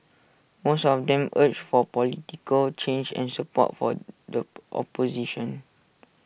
most of them urged for political change and support for the opposition